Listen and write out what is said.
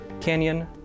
Canyon